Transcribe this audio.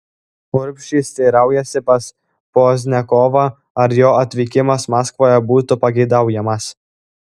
urbšys teiraujasi pas pozniakovą ar jo atvykimas maskvoje būtų pageidaujamas